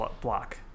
block